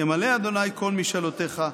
ימלא ה' כל משאלותיך.